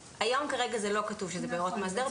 כרגע לא כתוב שזה בהוראות מאסדר.